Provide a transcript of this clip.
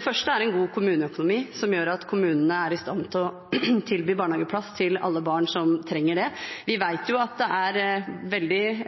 første er en god kommuneøkonomi, som gjør at kommunene er i stand til å tilby barnehageplass til alle barn som trenger det. Vi vet jo at det er slik en